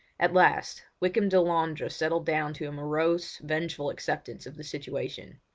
at last wykham delandre settled down to a morose, vengeful acceptance of the situation.